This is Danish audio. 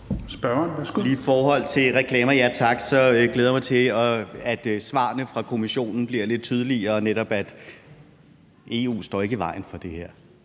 Spørgeren, værsgo.